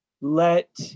Let